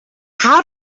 how